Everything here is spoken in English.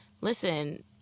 listen